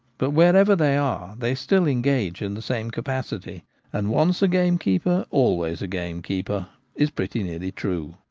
but wherever they are they still engage in the same capacity and once a gamekeeper always a gamekeeper is pretty nearly true.